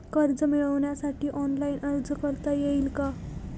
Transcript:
कर्ज मिळविण्यासाठी ऑनलाइन अर्ज करता येईल का?